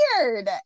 weird